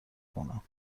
کنم